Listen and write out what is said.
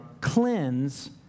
cleanse